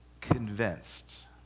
convinced